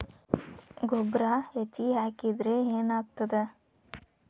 ಗೊಬ್ಬರ ಹೆಚ್ಚಿಗೆ ಹಾಕಿದರೆ ಏನಾಗ್ತದ?